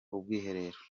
ubwiherero